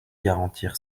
garantir